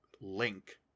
link